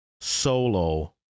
solo